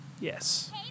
Yes